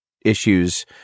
issues